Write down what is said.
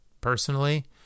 personally